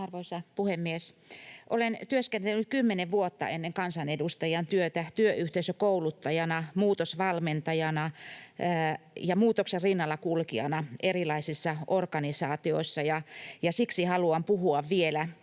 Arvoisa puhemies! Olen työskennellyt kymmenen vuotta ennen kansanedustajan työtä työyhteisökouluttajana, muutosvalmentajana ja muutoksen rinnallakulkijana erilaisissa organisaatioissa. Siksi haluan puhua vielä